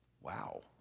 Wow